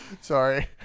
Sorry